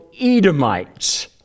Edomites